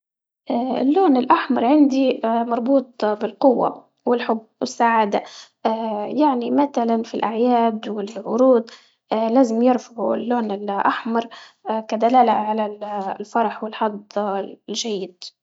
اللون الأحمر عندي مربوط بالقوة، والحب والسعادة يعني متلا في الأعياد والعروض لازم يعرفوا اللون الأحمر كدلالة على ال- الفرح والحظ الجيد.